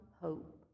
hope